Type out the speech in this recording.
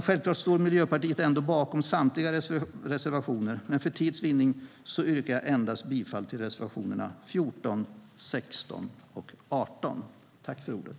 Självklart står Miljöpartiet ändå bakom samtliga reservationer men för tids vinnande yrkar jag endast bifall till reservationerna 14, 16 och 18. Tack för ordet!